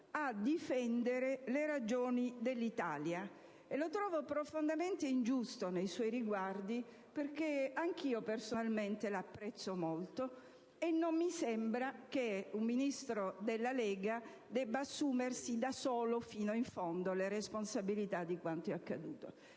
a difendere le ragioni dell'Italia. Lo trovo profondamente ingiusto nei suoi riguardi perché anch'io personalmente la apprezzo molto, e non mi sembra che un Ministro della Lega debba assumersi da solo, fino in fondo, le responsabilità di quanto è accaduto.